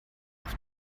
auf